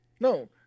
No